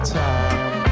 time